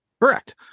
Correct